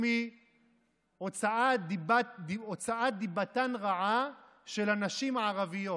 מהוצאת דיבתן רעה של הנשים הערביות.